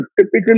typically